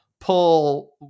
pull